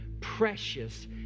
precious